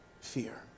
fear